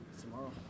Tomorrow